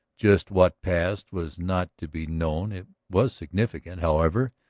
just what passed was not to be known it was significant, however,